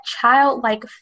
childlike